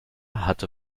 hatte